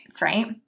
right